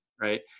right